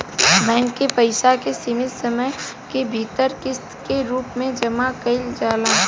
bank के पइसा के सीमित समय के भीतर किस्त के रूप में जामा कईल जाला